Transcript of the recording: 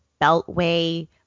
beltway